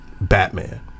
Batman